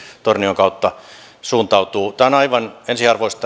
tornion kautta suuntautuu tämä yhteistyö on aivan ensiarvoista